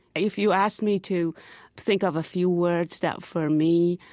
if you ask me to think of a few words that, for me,